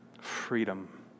freedom